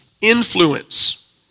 influence